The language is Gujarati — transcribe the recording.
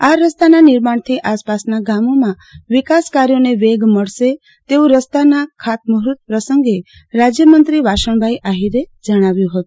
આ રસ્તાના નિર્માણથી આસપાસના ગામોમાં વિકાસ કાર્યોને વેગ મળશે તેવું રસ્તાના ખાતમુહૂર્ત પ્રસંગે રાજયમંત્રી વાસણભાઇ આહીરે જણાવ્યું હતું